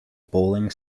bowling